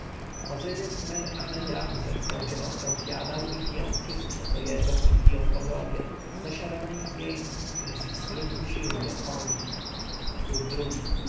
i-szy ozyrys mer-amen-ramzes będzie odtąd jadał i pijał wszystko co jedzą i piją bogowie zasiada na ich miejscu jest zdrów i silny jak oni